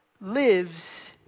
lives